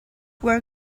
where